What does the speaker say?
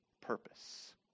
purpose